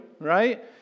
Right